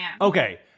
Okay